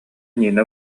нина